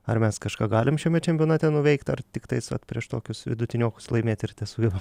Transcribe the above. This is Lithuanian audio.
ar mes kažką galim šiame čempionate nuveikti ar tiktais vat prieš tokius vidutiniokus laimėti ir tesugebam